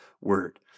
word